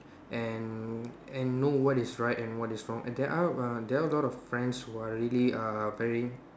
and and know what is right and what is wrong and there are uh there are a lot of friends who are really uh very